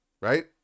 right